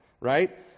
right